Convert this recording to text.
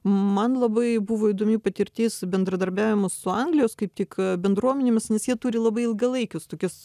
man labai buvo įdomi patirtis bendradarbiavimas su anglijos kaip tik bendruomenėmis nes jie turi labai ilgalaikius tokias